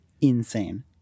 Insane